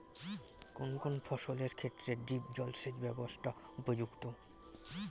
কোন কোন ফসলের ক্ষেত্রে ড্রিপ জলসেচ ব্যবস্থা উপযুক্ত?